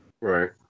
Right